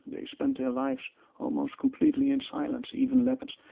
they spend their lives almost completely in silence, even leopards.